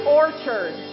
orchard